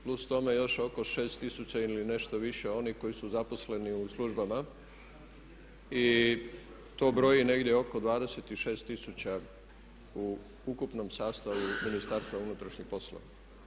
Plus tome još oko 6 tisuća ili nešto više onih koji su zaposleni u službama i to broji negdje oko 26 tisuća u ukupnom sastavu Ministarstva unutarnjih poslova.